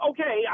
Okay